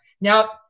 now